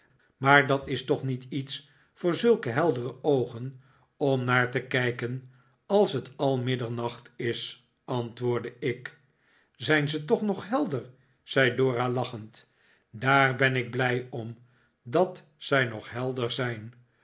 maar dat is toch niet iets voor zulke heldere oogen om naar te kijken als t al middernacht is antwoordde ik i zijn ze toch nog helder zei dora lachend daar ben ik blij om dat zij nog helder zijn